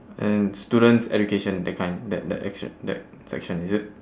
and student's education that kind that that action that section is it